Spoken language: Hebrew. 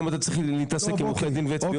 כל היום אתה צריך להתעסק עם עורכי דין ותביעות,